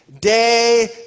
day